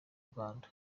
rwanda